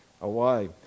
away